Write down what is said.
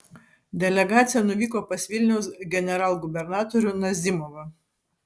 delegacija nuvyko pas vilniaus generalgubernatorių nazimovą